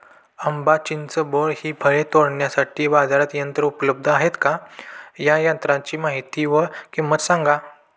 आंबा, चिंच, बोर हि फळे तोडण्यासाठी बाजारात यंत्र उपलब्ध आहेत का? या यंत्रांची माहिती व किंमत सांगा?